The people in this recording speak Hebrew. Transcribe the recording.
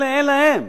אלה, אין להם.